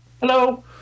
Hello